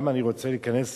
למה אני רוצה להיכנס